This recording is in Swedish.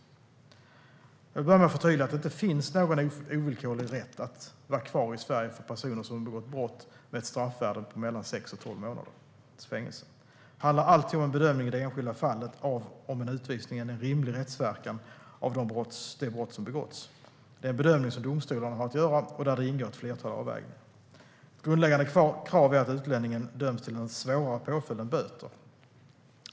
Jag vill börja med att förtydliga att det inte finns någon ovillkorlig rätt att vara kvar i Sverige för personer som begått brott med ett straffvärde på mellan sex och tolv månaders fängelse. Det handlar alltid om en bedömning i det enskilda fallet av om en utvisning är en rimlig rättsverkan av det brott som begåtts. Det är en bedömning som domstolarna har att göra och där det ingår ett flertal avvägningar. Ett grundläggande krav är att utlänningen döms till en svårare påföljd än böter.